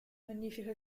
magnifico